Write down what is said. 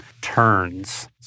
turns